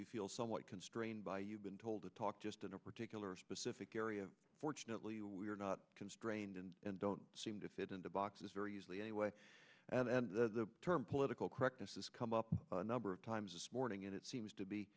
you feel somewhat constrained by you've been told to talk just in a particular specific area fortunately we're not constrained in and don't seem to fit into boxes very easily anyway and the term political correctness has come up number of times this morning and it seems to be